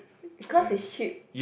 because is ship